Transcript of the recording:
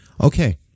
Okay